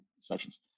sessions